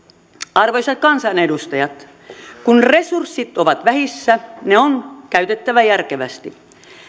arvoisat kansanedustajat kun resurssit ovat vähissä ne on käytettävä järkevästi